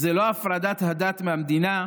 זו לא הפרדת הדת מהמדינה,